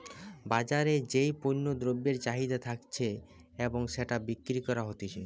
বাজারে যেই পণ্য দ্রব্যের চাহিদা থাকতিছে এবং সেটা বিক্রি করা হতিছে